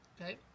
Okay